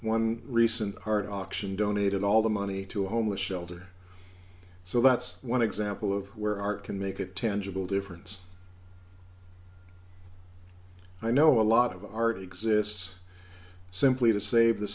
one recent art auction donated all the money to a homeless shelter so that's one dollar example of where art can make it tangible difference i know a lot of art exists simply to save the